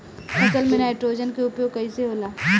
फसल में नाइट्रोजन के उपयोग कइसे होला?